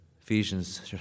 Ephesians